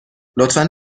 لطفا